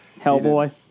Hellboy